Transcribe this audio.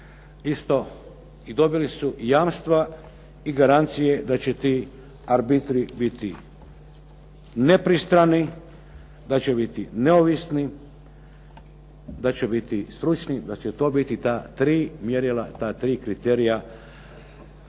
isto, i dobili su jamstva i garancije da će ti arbitri biti nepristrani, da će biti neovisni, da će biti stručni, da će to biti ta tri mjerila,